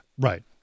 Right